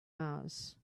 mars